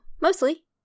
mostly